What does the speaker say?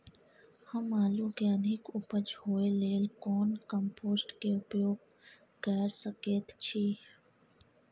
हम आलू के अधिक उपज होय लेल कोन कम्पोस्ट के उपयोग कैर सकेत छी?